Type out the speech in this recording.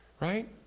right